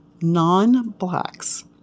non-blacks